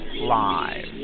live